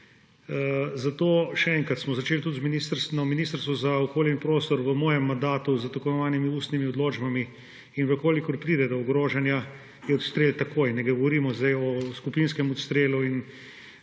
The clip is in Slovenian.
Zato, še enkrat, smo začeli tudi na Ministrstvu za okolje in prostor v mojem mandatu s tako imenovanimi ustnimi odločbami, in če pride do ogrožanja, je odstrel takoj. Ne govorimo zdaj o skupinskem odstrelu. In